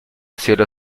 cielo